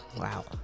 wow